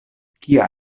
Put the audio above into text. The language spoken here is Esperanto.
kia